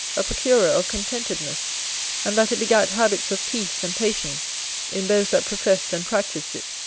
a procurer of contentedness and that it begat habits of peace and patience in those that professed and practiced it.